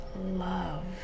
love